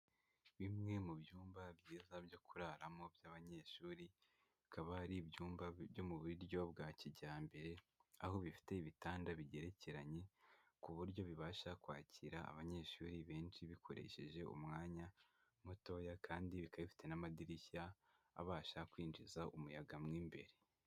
Bimwe mu byumba byiza byo kuraramo by'abanyeshuri, bikaba ari ibyumba byo mu buryo bwa kijyambere, aho bifite ibitanda bigerekeranye ku buryo bibasha kwakira abanyeshuri benshi, bikoresheje umwanya mutoya, kandi bikaba bifite n'amadirishya, abasha kwinjiza umuyaga mo imbere.